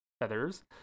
feathers